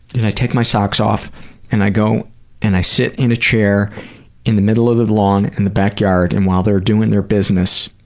and i take my socks off and i go and i sit in a chair in the middle of the lawn in the backyard, and while they're doing their business,